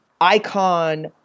icon